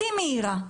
הכי מהירה.